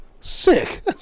sick